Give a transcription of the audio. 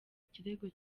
ikirego